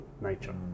nature